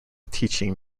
teaching